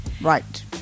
Right